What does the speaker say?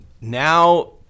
Now